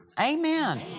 Amen